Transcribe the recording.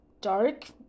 dark